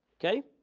okay.